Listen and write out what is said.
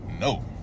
No